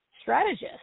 strategist